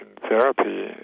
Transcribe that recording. therapy